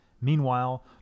Meanwhile